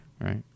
right